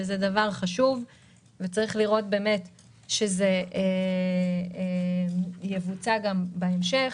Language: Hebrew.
וזה חשוב וצריך לראות שזה יבוצע גם בהמשך,